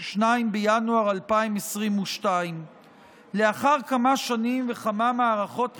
2 בינואר 2022. לאחר כמה שנים וכמה מערכות בחירות,